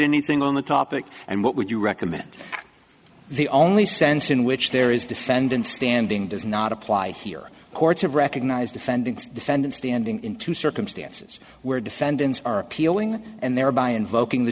anything on the topic and what would you recommend the only sense in which there is defendant standing does not apply here courts have recognized defendants defendants standing in two circumstances where defendants are appealing and thereby